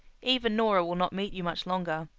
even nora will not meet you much longer.